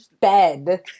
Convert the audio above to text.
bed